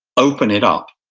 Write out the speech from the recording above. open it up,